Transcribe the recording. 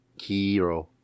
Kiro